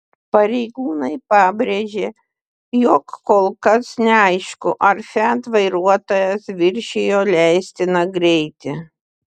pareigūnai pabrėžė jog kol kas neaišku ar fiat vairuotojas viršijo leistiną greitį